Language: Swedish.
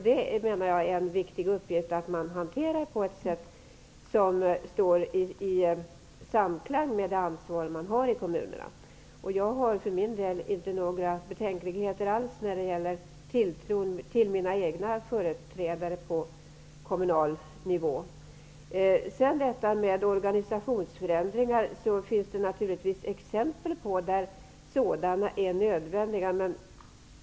Det är viktigt att man hanterar detta på ett sätt som står i samklang med det ansvar man har i kommunerna. Jag har för min del inga betänkligheter alls när det gäller tilltron till mina egna företrädare på kommunal nivå. Det finns naturligtvis exempel på fall där organisationsförändringar är nödvändiga.